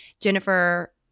Jennifer